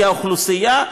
כי האוכלוסייה,